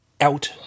out